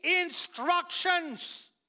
instructions